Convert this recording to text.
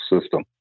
system